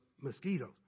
mosquitoes